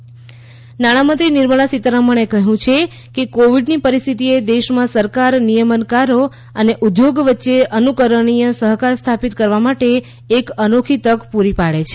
CII Nirmala નિર્મળા સીતારમણે કહ્યું છે કે કોવિડની પરિસ્થિતિએ દેશમાં સરકાર નિયમનકારો અને ઉદ્યોગ વચ્ચે અનુકરણીય સહકાર સ્થાપિત કરવા માટે એક અનોખી તક પૂરી પાડે છે